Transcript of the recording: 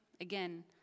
Again